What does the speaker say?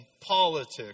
politics